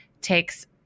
takes